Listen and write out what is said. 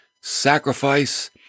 sacrifice